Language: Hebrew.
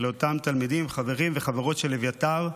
לאותם ילדים, חברים וחברות של אביתר,